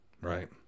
right